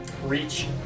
Reach